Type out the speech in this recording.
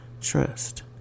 trust